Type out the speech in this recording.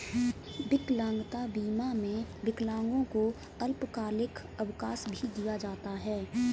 विकलांगता बीमा में विकलांगों को अल्पकालिक अवकाश भी दिया जाता है